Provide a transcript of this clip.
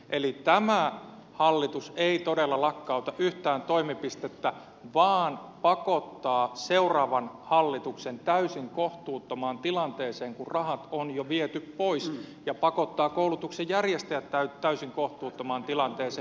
eli tämä hallitus ei todella lakkauta yhtään toimipistettä vaan pakottaa seuraavan hallituksen täysin kohtuuttomaan tilanteeseen kun rahat on jo viety pois ja pakottaa koulutuksen järjestäjät täysin kohtuuttomaan tilanteeseen